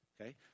okay